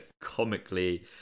comically